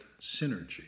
synergy